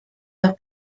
los